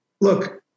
look